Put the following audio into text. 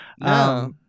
No